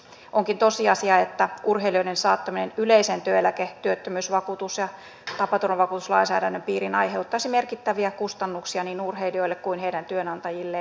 onkin tosiasia että urheilijoiden saattaminen yleisen työeläke työttömyysvakuutus ja tapaturmavakuutuslainsäädännön piiriin aiheuttaisi merkittäviä kustannuksia niin urheilijoille kuin heidän työnantajilleen